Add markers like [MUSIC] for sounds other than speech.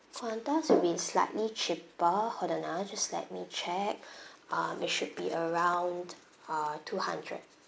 Qantas will be slightly cheaper hold on ah just let me check [BREATH] um it should be around ah two hundred